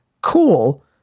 cool